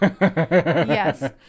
Yes